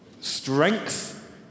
Strength